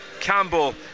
Campbell